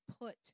put